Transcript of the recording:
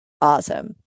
awesome